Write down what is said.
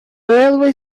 railway